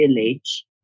village